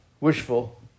wishful